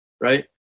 right